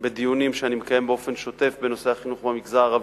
בדיונים שאני מקיים באופן שוטף בנושא החינוך במגזר הערבי,